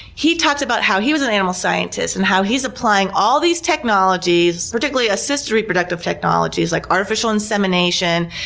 he talked about how he was an animal scientist and how he's applying all these technologies, particularly assisted reproductive technologies like artificial insemination,